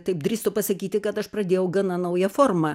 taip drįstu pasakyti kad aš pradėjau gana naują formą